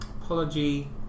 apology